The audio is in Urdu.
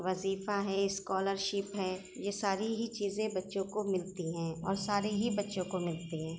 وظیفہ ہے اسکالرشپ ہے یہ ساری ہی چیزیں بچوں کو ملتی ہیں اور سارے ہی بچوں کو ملتی ہیں